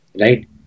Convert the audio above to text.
Right